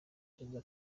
perezida